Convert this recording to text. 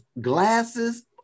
glasses